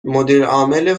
مدیرعامل